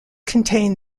contain